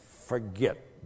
forget